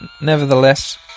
nevertheless